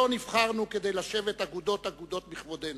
לא נבחרנו כדי לשבת אגודות אגודות בכבודנו,